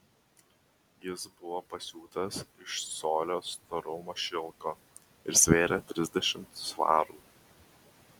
jis buvo pasiūtas iš colio storumo šilko ir svėrė trisdešimt svarų